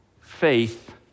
faith